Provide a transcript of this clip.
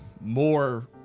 more